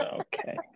Okay